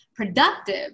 Productive